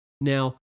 Now